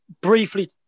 briefly